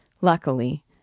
Luckily